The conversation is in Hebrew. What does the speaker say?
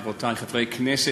חברי וחברותי חברי הכנסת,